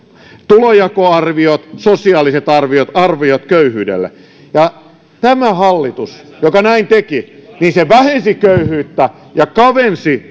tulonjakoarviot sosiaaliset arviot arviot köyhyydelle ja tämä hallitus joka näin teki vähensi köyhyyttä ja kavensi